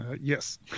yes